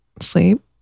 sleep